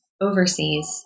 overseas